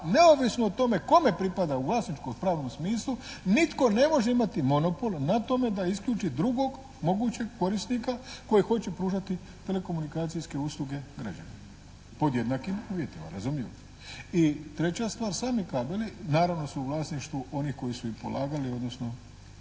neovisno o tome kome pripada u vlasničkom i pravnom smislu nitko ne može imati monopol na tome da isključi drugog mogućeg korisnika koji hoće pružati telekomunikacijske usluge građanima pod jednakim uvjetima razumljivo. I treća stvar, sami kabeli naravno su u vlasništvu onih koji su ih polagali odnosno